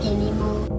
anymore